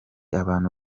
abantu